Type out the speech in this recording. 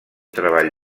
treball